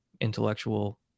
intellectual